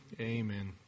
Amen